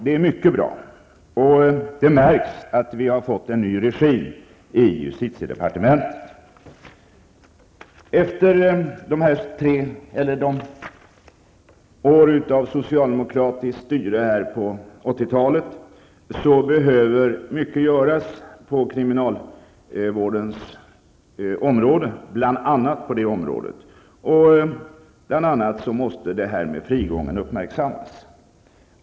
Det är mycket bra. Det märks att vi har fått en ny regim i justitiedepartementet. Efter åren av socialdemokratiskt styre på 80-talet behöver mycket göras på bl.a. kriminalvårdens område. Frigången är en av de företeelser som måste uppmärksammas.